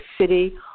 city